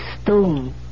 Stone